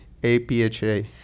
APHA